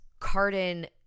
Cardin